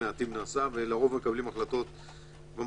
יקבלו או לא יקבלו שכר זה לא מתחייב מזה